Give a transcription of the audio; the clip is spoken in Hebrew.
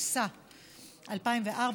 התשס"ה 2004,